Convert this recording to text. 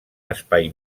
espai